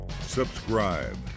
subscribe